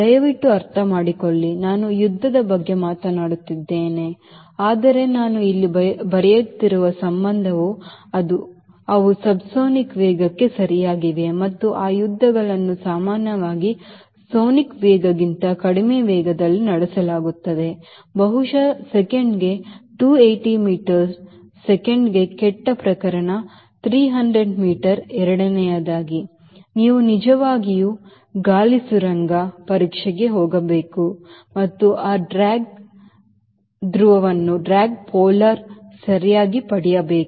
ದಯವಿಟ್ಟು ಅರ್ಥಮಾಡಿಕೊಳ್ಳಿ ನಾವು ಯುದ್ಧದ ಬಗ್ಗೆ ಮಾತನಾಡುತ್ತಿದ್ದೇವೆ ಆದರೆ ನಾನು ಇಲ್ಲಿ ಬರೆಯುತ್ತಿರುವ ಸಂಬಂಧವು ಅವು ಸಬ್ಸೋನಿಕ್ ವೇಗಕ್ಕೆ ಸರಿಯಾಗಿವೆ ಮತ್ತು ಆ ಯುದ್ಧಗಳನ್ನು ಸಾಮಾನ್ಯವಾಗಿ ಸೋನಿಕ್ ವೇಗಕ್ಕಿಂತ ಕಡಿಮೆ ವೇಗದಲ್ಲಿ ನಡೆಸಲಾಗುತ್ತದೆ ಬಹುಶಃ ಸೆಕೆಂಡಿಗೆ 280 ಮೀಟರ್ ಸೆಕೆಂಡಿಗೆ ಕೆಟ್ಟ ಪ್ರಕರಣ 300 ಮೀಟರ್ ಎರಡನೆಯದಾಗಿ ನೀವು ನಿಜವಾಗಿಯೂ ಗಾಳಿ ಸುರಂಗ ಪರೀಕ್ಷೆಗೆ ಹೋಗಬೇಕು ಮತ್ತು ಆ ಡ್ರ್ಯಾಗ್ ಧ್ರುವವನ್ನು ಸರಿಯಾಗಿ ಪಡೆಯಬೇಕು